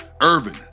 Irvin